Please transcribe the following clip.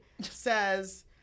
says